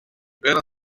era